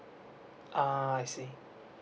uh I see